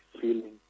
feeling